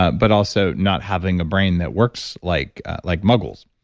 ah but also not having a brain that works like like muggles.